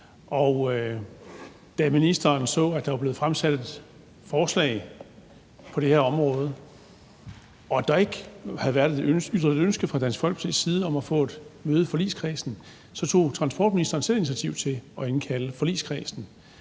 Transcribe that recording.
da ministeren så, at der var blevet fremsat et forslag på det her område, og at der ikke havde været ytret et ønske fra Dansk Folkepartis side om at få et møde i forligskredsen, så tog transportministeren selv initiativ til at indkalde forligskredsen,